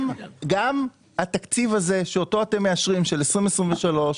גם התקציב הזה, שאותו אתם מאשרים, של 2023,